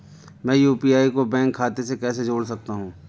मैं यू.पी.आई को बैंक खाते से कैसे जोड़ सकता हूँ?